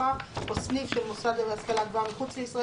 (3)שלוחה או סניף של מוסד להשכלה גבוהה מחוץ לישראל